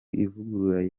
ivuguruye